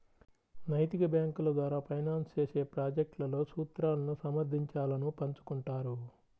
నైతిక బ్యేంకుల ద్వారా ఫైనాన్స్ చేసే ప్రాజెక్ట్లలో సూత్రాలను సమర్థించాలను పంచుకుంటారు